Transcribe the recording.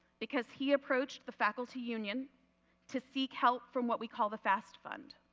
because he approached the faculty union to seek help from what we call the fast fund,